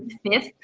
fifth,